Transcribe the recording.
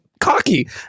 cocky